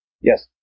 yes